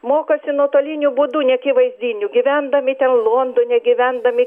mokosi nuotoliniu būdu neakivaizdiniu gyvendami ten londone gyvendami